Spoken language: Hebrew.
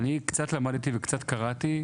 אני קצת למדתי וקראתי,